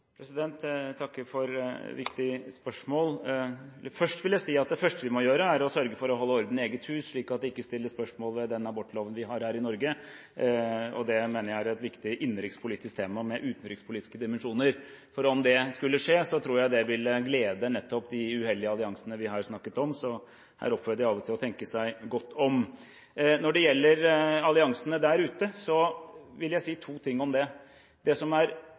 Jeg takker for et viktig spørsmål. Først vil jeg si at det første vi må gjøre, er å sørge for å holde orden i eget hus, slik at det ikke stilles spørsmål ved den abortloven vi har her i Norge. Det mener jeg er et viktig innenrikspolitisk tema med utenrikspolitiske dimensjoner. For om det skulle skje, tror jeg det ville glede nettopp de uhellige alliansene vi snakket om, så her oppfordrer jeg alle til å tenke seg godt om. Når det gjelder alliansene der ute, vil jeg si to ting om det. Det som er